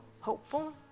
hopeful